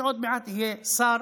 שעוד מעט יהיה השר